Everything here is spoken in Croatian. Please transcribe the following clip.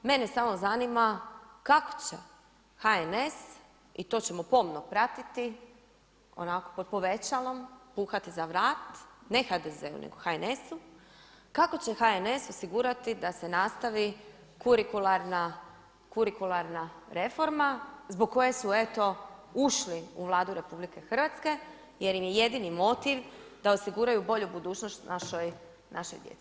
Mene samo zanima kako će HNS i to ćemo pomno pratiti, onako pod povećalom, puhati za vrat ne HDZ-u nego HNS-u, kako će HNS osigurati da se nastavi kurikularna reforma zbog koje su eto, ušli u Vladi RH jer im je jedini motiv da osiguraju bolju budućnost našoj djeci.